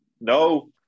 No